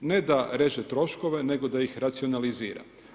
Ne da reže troškove, nego da ih racionalizira.